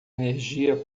energia